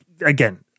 again